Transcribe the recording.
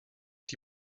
die